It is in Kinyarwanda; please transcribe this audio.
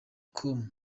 com